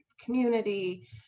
community